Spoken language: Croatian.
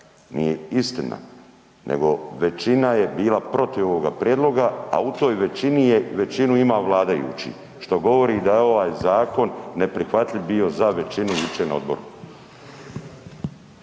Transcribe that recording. Nije istina nego većina je bila protiv ovoga prijedloga a u toj većini je većinu imao vladajući što govori da je ovaj zakon neprihvatljiv bio za većinu jučer na odboru.